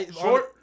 Short